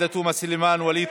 עאידה תומא סלימאן, ווליד